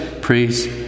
priests